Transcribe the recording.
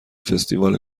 فستیوال